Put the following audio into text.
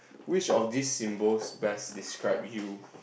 which of these symbols best describe you